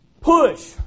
PUSH